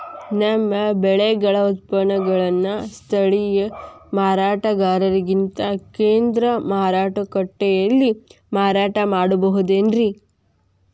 ನಮ್ಮ ಬೆಳೆಗಳ ಉತ್ಪನ್ನಗಳನ್ನ ಸ್ಥಳೇಯ ಮಾರಾಟಗಾರರಿಗಿಂತ ಕೇಂದ್ರ ಮಾರುಕಟ್ಟೆಯಲ್ಲಿ ಮಾರಾಟ ಮಾಡಬಹುದೇನ್ರಿ?